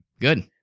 Good